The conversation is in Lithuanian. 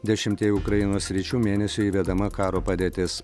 dešimtyje ukrainos sričių mėnesiui įvedama karo padėtis